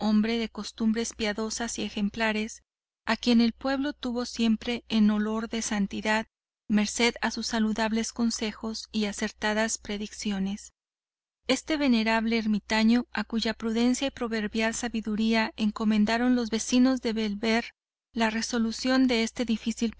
hombre de costumbres piadosas y ejemplares a quien el pueblo tuvo siempre en olor de santidad merced a sus saludables consejos y acertadas predicciones este venerable ermitaño a cuya prudencia y proverbial sabiduría encomendaron los vecinos de bellver la resolución de este difícil